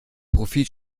profit